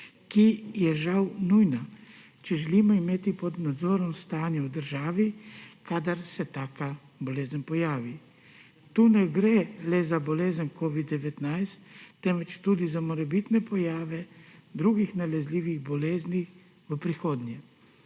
ki je žal nujna, če želimo imeti pod nadzorom stanje v državi, kadar se taka bolezen pojavi. Tu ne gre le za bolezen covid-19, temveč tudi za morebitne pojave drugih nalezljivih bolezni v prihodnje.